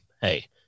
Hey